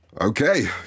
Okay